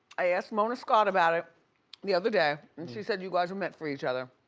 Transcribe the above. i asked mona scott about it the other day, and she said you guys are meant for each other.